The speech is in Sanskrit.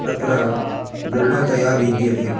तत्र दृढतया विद्यते